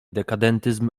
dekadentyzm